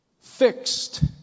fixed